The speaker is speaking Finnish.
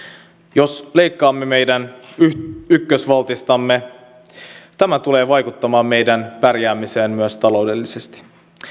jos leikkaamme meidän ykkösvaltistamme tämä tulee vaikuttamaan meidän pärjäämiseemme myös taloudellisesti